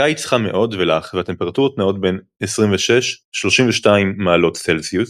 הקיץ חם מאוד ולח והטמפרטורות נעות בין 26–32 מעלות צלזיוס,